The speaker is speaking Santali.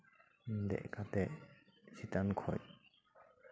ᱫᱮᱡ ᱠᱟᱛᱮ ᱪᱮᱛᱟᱱ ᱠᱷᱚᱡ